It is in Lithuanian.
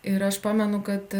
ir aš pamenu kad